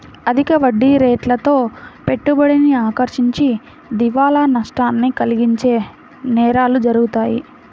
అధిక వడ్డీరేట్లతో పెట్టుబడిని ఆకర్షించి దివాలా నష్టాన్ని కలిగించే నేరాలు జరుగుతాయి